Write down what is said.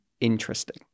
interesting